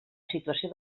situació